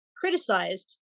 criticized